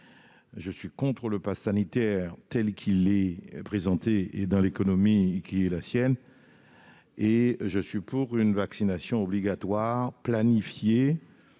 et contre le passe sanitaire tel qu'il nous est soumis, dans l'économie qui est la sienne. Je suis pour une vaccination obligatoire, planifiée,